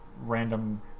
random